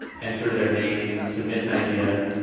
enter their name, submit an idea,